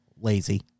lazy